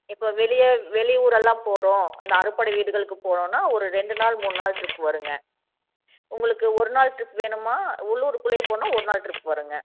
இப்போது வெளியே வெளியூரெல்லாம் போகிறோம் இந்த அறுபடை வீடுகளுக்கு போகிறோனா ஒரு ரெண்டு நாள் மூணு நாள் ட்ரிப் வருங்க உங்களுக்கு ஒரு நாள் ட்ரிப் வேணுமா உள்ளுர்குள்ளேயே போனால் ஒரு நாள் ட்ரிப் வருங்க